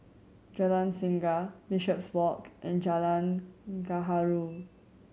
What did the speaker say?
Jalan Singa Bishopswalk and Jalan Gaharu